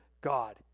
God